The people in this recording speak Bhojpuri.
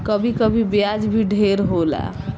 कभी कभी ब्याज भी ढेर होला